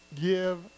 give